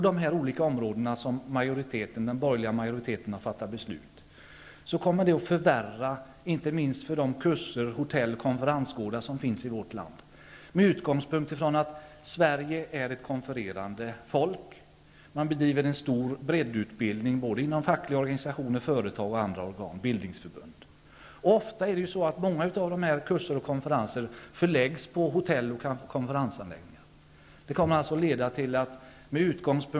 Den borgerliga majoriteten har här fattat beslut som kommer att förvärra för de kursgårdar, hotell och konferensgårdar som finns i vårt land. Svenskarna är ett konfererande folk. Man bedriver en omfattande breddutbildning inom fackliga organisationer, företag, bildningsförbund osv. Många av dessa kurser och konferenser förläggs till hotell och konferensanläggningar.